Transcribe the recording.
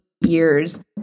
years